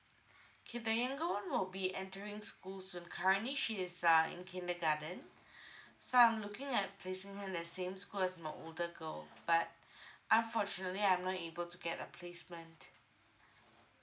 K the younger one will be entering school soon currently she is uh in kindergarten so I'm looking at placing her in the same school as my older girl but unfortunately I'm not able to get a placement